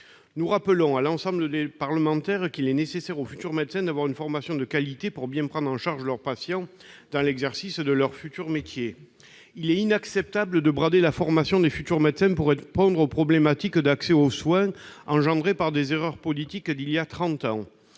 Nous rappelons à l'ensemble des parlementaires qu'il est nécessaire aux futurs médecins d'avoir une formation de qualité pour bien prendre en charge leurs patients dans l'exercice de leur futur métier. »« Il est inacceptable de brader la formation des futurs médecins pour répondre aux problématiques d'accès aux soins engendrées par des erreurs politiques d'il y a trente